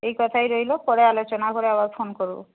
এই কথাই রইল পরে আলোচনা করে আবার ফোন করব